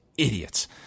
Idiots